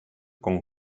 con